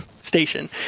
station